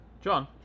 John